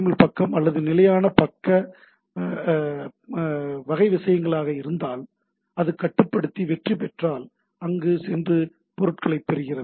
L பக்கம் அல்லது நிலையான பக்க வகை விஷயங்களாக இருந்தால் அது கட்டுப்படுத்தி வெற்றி பெற்றால் அது சென்று பொருட்களைப் பெறுகிறது